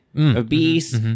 Obese